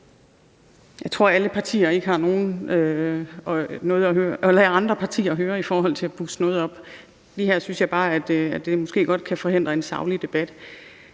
der er nogen partier, der har noget at lade andre partier høre i forhold til at puste noget op. Lige her synes jeg bare, at det måske godt kan forhindre en saglig debat.